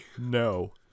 No